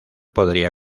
podría